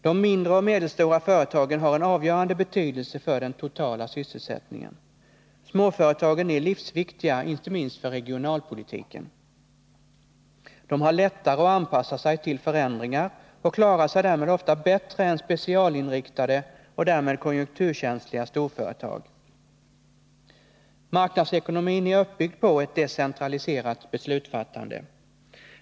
De mindre och medelstora företagen har en avgörande betydelse för den totala sysselsättningen. Småföretagen är livsviktiga inte minst för regionalpolitiken. De har lättare att anpassa sig till förändringar och klarar sig således ofta bättre än specialinriktade och därmed konjunkturkänsliga storföretag. Marknadsekonomin är uppbyggd på ett decentraliserat beslutsfattande.